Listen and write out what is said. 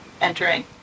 entering